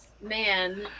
man